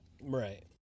Right